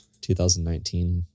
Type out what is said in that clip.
2019